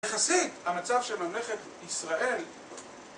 יחסית המצב של ממלכת ישראל